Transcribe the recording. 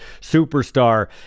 superstar